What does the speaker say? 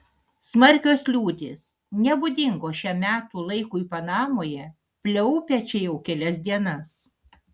smarkios liūtys nebūdingos šiam metų laikui panamoje pliaupia čia jau kelias dienas